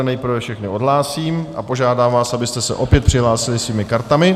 Nejprve vás tedy všechny odhlásím a požádám vás, abyste se opět přihlásili svými kartami.